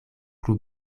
plu